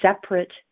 separate